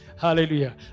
hallelujah